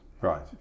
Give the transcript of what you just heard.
right